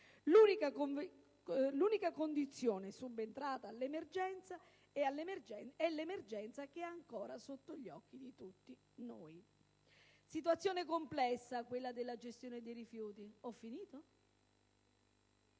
L'unica condizione subentrata all'emergenza è l'emergenza che è ancora sotto gli occhi di tutti noi. È una situazione complessa quella della gestione dei rifiuti.